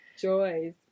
joys